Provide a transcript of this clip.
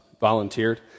Volunteered